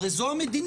הרי זו המדיניות.